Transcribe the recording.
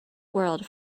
world